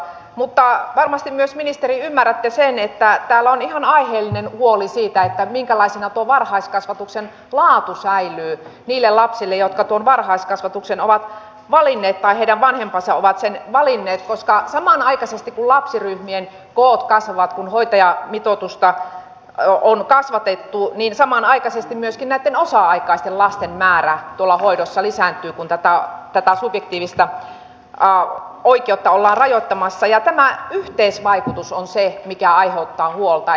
mutta varmasti myös ministeri ymmärrätte sen että täällä on ihan aiheellinen huoli siitä minkälaisena tuo varhaiskasvatuksen laatu säilyy niille lapsille joiden vanhemmat tuon varhaiskasvatuksen ovat valinneet vain heidän vanhempansa ovat valinneet koska kun lapsiryhmien koot kasvavat kun hoitajamitoitusta on kasvatettu samanaikaisesti myöskin näitten osa aikaisten lasten määrä tuolla hoidossa lisääntyy kun tätä subjektiivista oikeutta ollaan rajoittamassa ja tämä yhteisvaikutus on se mikä aiheuttaa huolta